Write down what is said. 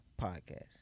podcast